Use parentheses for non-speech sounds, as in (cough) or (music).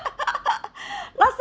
(laughs) last time